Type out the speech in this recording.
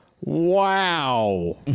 wow